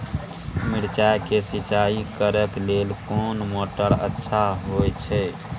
मिर्चाय के सिंचाई करे लेल कोन मोटर अच्छा होय छै?